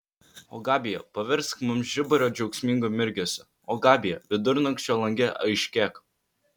o gabija pavirsk mums žiburio džiaugsmingu mirgesiu o gabija vidurnakčio lange aiškėk